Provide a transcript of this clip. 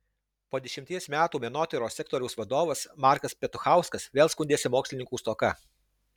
po dešimties metų menotyros sektoriaus vadovas markas petuchauskas vėl skundėsi mokslininkų stoka